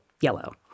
yellow